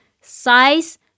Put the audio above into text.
Size